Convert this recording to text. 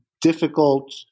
difficult